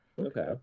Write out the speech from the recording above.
Okay